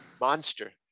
monster